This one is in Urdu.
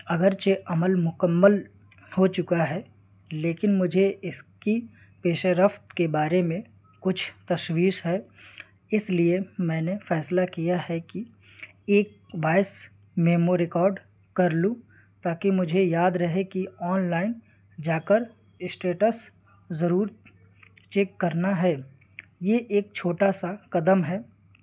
اگرچہ عمل مکمل ہو چکا ہے لیکن مجھے اس کی پیشہ رفت کے بارے میں کچھ تشویش ہے اس لیے میں نے فیصلہ کیا ہے کہ ایک وائس میمو ریکارڈ کر لوں تاکہ مجھے یاد رہے کہ آن لائن جا کر اسٹیٹس ضرور چیک کرنا ہے یہ ایک چھوٹا سا قدم ہے